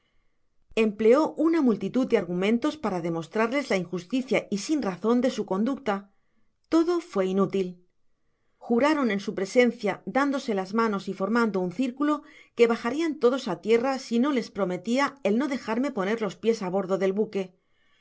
empleó una multitud de argumentos para demostrarles la injusticia y sinrazon de su conducta todo fué inútil juraron en su presencia dándose las manes y formando un circulo que bajarian todos á tierra si no les prometia el no dejarme poner los pies á bordo del buque era